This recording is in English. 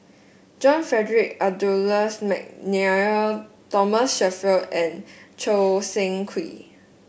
John Frederick Adolphus McNair Thomas Shelford and Choo Seng Quee